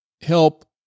help